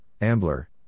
Ambler